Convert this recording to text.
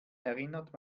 erinnert